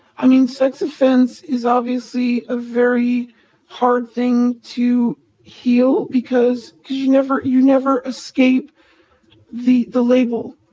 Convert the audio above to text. i mean, sex offense is obviously a very hard thing to heal because you never you never escape the the label,